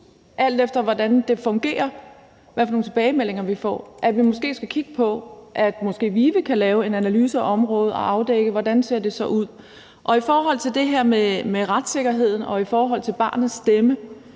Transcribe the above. alt efter hvordan det fungerer, alt efter hvilke tilbagemeldinger vi får, at vi måske skal kigge på at få måske VIVE til at lave en analyse af området og afdække, hvordan det så ser ud. I forhold til det her med retssikkerheden og i forhold til barnets stemme